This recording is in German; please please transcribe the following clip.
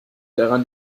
daran